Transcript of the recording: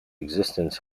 existence